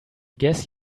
guess